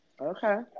Okay